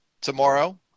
tomorrow